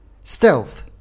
Stealth